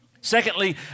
Secondly